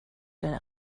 der